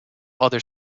other